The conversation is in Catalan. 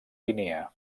guinea